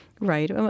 Right